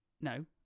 No